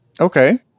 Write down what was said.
Okay